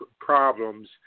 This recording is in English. problems